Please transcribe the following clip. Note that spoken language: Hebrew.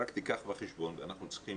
רק תיקח בחשבון, ואנחנו צריכים